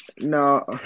No